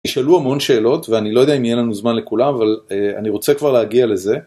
שאלו המון שאלות ואני לא יודע אם יהיה לנו זמן לכולם אבל אני רוצה כבר להגיע לזה.